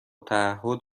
تعهد